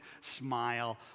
smile